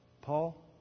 Paul